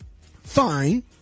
Fine